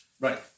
Right